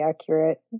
accurate